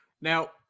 Now